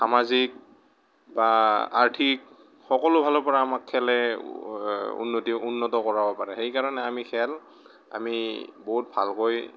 আমাৰ যি বা আৰ্থিক সকলোফালৰ পৰা আমাক খেলে উন্নতি উন্নত কৰাব পাৰে সেইকাৰণে আমি খেল আমি বহুত ভালকৈ